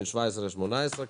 בין גיל 17 לגיל 18 של הילד,